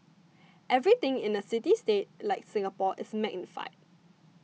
everything in the city state like Singapore is magnified